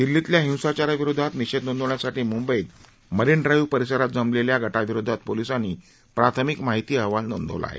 दिल्लीतल्या हिंसाचाराविरोधात निषेध नोंदवण्यासाठी मुंबईत मरीन ड्राइव्ह परिसरात जमलेल्या गटाविरोधात पोलिसांनी प्राथमिक माहिती अहवाल नोंदवला आहे